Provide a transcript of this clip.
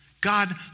God